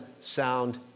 sound